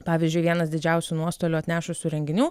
pavyzdžiui vienas didžiausių nuostolių atnešusių renginių